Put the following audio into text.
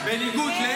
ועובדות.